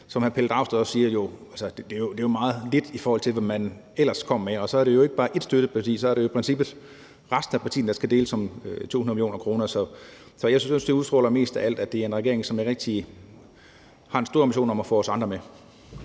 hr. Pelle Dragsted også siger, meget lidt, i forhold til hvad man ellers er kommet med. Og så er det ikke bare ét støtteparti, men så er det jo i princippet resten af partierne, der skal deles om 200 mio. kr. Så jeg synes, det mest af alt viser, at det er en regering, som har en stor ambition om at få os andre med.